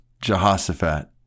Jehoshaphat